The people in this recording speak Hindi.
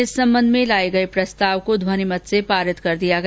इस संबंध में लाए गए प्रस्ताव को ध्वनि मत से पारित कर दिया गया